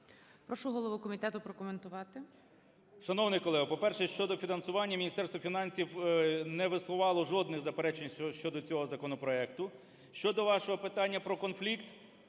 Прошу голову комітету прокоментувати. 13:14:28 КНЯЖИЦЬКИЙ М.Л. Шановний колего, по-перше, щодо фінансування – Міністерство фінансів не висувало жодних заперечень щодо цього законопроекту. Щодо вашого питання про конфлікт,